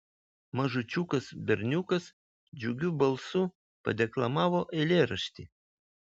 mažučiukas berniukas džiugiu balsu padeklamavo eilėraštį